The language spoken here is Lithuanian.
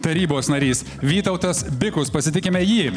tarybos narys vytautas bikus pasitikime jį